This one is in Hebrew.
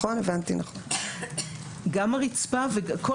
גם הרצפה היא שטח שמיש.